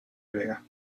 vega